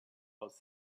was